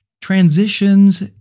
transitions